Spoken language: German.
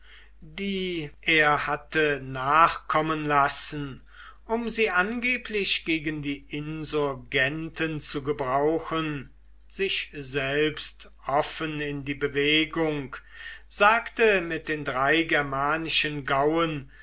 die er hatte nachkommen lassen um sie angeblich gegen die insurgenten zu gebrauchen sich selbst offen in die bewegung sagte mit den drei germanischen gauen